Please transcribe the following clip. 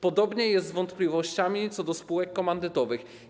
Podobnie jest z wątpliwościami co do spółek komandytowych.